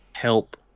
help